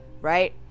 right